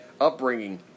upbringing